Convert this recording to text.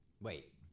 Wait